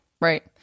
right